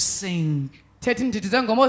sing